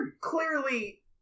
clearly